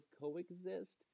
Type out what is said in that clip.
coexist